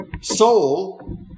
soul